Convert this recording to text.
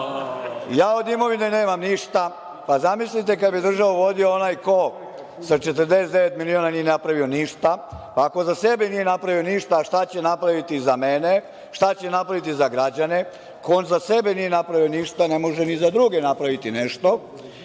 ja od imovine nemam ništa. Zamislite kada bi državu vodio onaj ko sa 49 miliona nije napravio ništa. Ako za sebe nije napravio ništa, šta će napraviti za mene, šta će napraviti za građane? Ko za sebe nije napravio ništa ne može ni za druge da napravi nešto. Ja